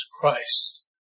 Christ